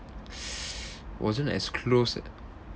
wasn't as close uh